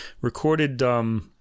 recorded